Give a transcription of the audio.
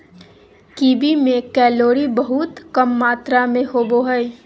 kiwi में calorie बहुत कम मात्र में होबो हइ